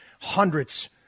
hundreds